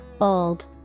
old